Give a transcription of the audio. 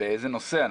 באיזה נושא?